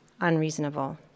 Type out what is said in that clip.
unreasonable